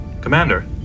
Commander